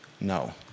No